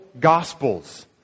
gospels